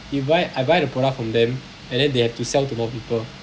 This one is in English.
you buy I buy the product from them and then they have to sell to more people